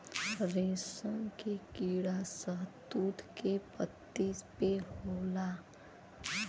रेशम के कीड़ा शहतूत के पत्ती पे होला